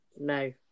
No